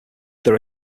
there